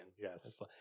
yes